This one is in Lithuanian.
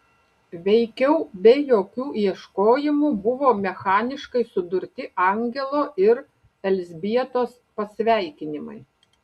veikiau be jokių ieškojimų buvo mechaniškai sudurti angelo ir elzbietos pasveikinimai